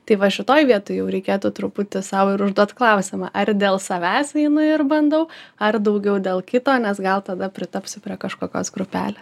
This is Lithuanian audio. tai va šitoj vietoj jau reikėtų truputį sau ir užduot klausimą ar dėl savęs einu ir bandau ar daugiau dėl kito nes gal tada pritapsiu prie kažkokios grupelė